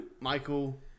Michael